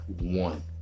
one